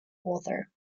author